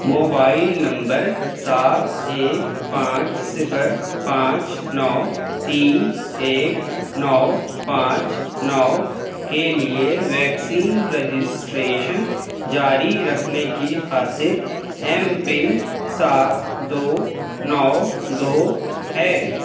mobile number سات ایک پانچ صِفر پانچ نو تین ایک نو پانچ نو کے لیے ویکسین رجسٹریشن جاری رکھنے کی خاطر ایم پن سات دو نو دو ہے